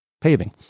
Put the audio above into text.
paving